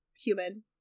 human